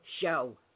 show